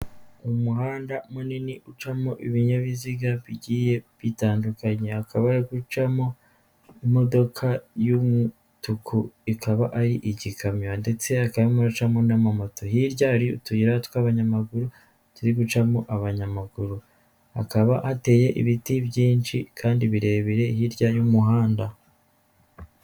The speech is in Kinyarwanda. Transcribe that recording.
Umuhanda mu nini ucamo ibinyabiziga bigiye bitandukanye, hakaba hari gucamo imodoka y'umutuku ikaba ari igikamyo ndetse hakaba hari gucamo n'amamoto hirya hari utuyira tw'abanyamaguru turi gucamo abanyamaguru. Hakaba hateye ibiti byinshi kandi birebire hirya y'umuhanda.